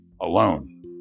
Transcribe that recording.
alone